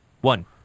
one